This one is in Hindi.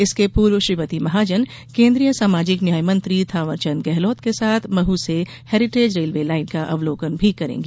इसके पूर्व श्रीमती महाजन केन्द्रीय सामाजिक न्याय मंत्री थांवरचंद गेहलोत के साथ मह से हेरीटेज रेलवे लाईन का अवलोकन भी करेंगी